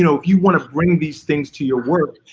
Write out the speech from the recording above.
you know if you wanna bring these things to your work,